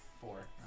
Four